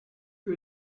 que